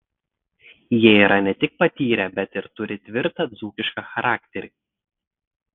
jie yra ne tik patyrę bet ir turi tvirtą dzūkišką charakterį